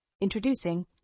Introducing